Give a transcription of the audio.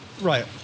Right